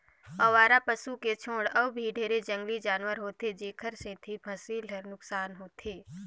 अवारा पसू के छोड़ अउ भी ढेरे जंगली जानवर होथे जेखर सेंथी फसिल ल नुकसान होथे